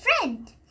friend